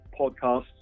podcasts